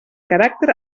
caràcter